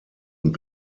und